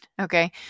Okay